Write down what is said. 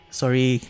sorry